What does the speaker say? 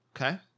Okay